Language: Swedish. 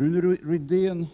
Jag kan